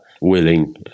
willing